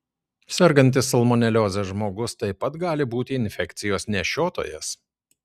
sergantis salmonelioze žmogus taip pat gali būti infekcijos nešiotojas